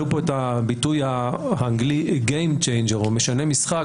את הביטוי האנגלי גיים צ'נג'ר, או משנה משחק.